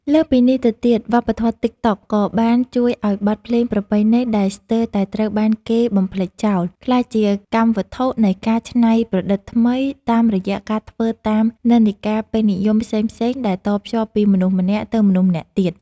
លើសពីនេះទៅទៀត វប្បធម៌ TikTok ក៏បានជួយឱ្យបទភ្លេងប្រពៃណីដែលស្ទើរតែត្រូវបានគេបំភ្លេចចោល ក្លាយជាកម្មវត្ថុនៃការច្នៃប្រឌិតថ្មីតាមរយៈការធ្វើតាមនិន្នាការពេញនិយម ផ្សេងៗដែលតភ្ជាប់ពីមនុស្សម្នាក់ទៅមនុស្សម្នាក់ទៀត។